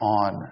on